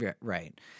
Right